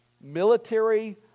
military